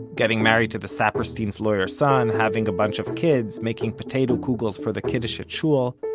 getting married to the sapersteins' lawyer son, having a bunch of kids, making potato kugels for the kiddush at shul.